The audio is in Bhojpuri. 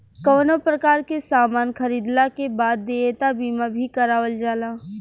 कवनो प्रकार के सामान खरीदला के बाद देयता बीमा भी करावल जाला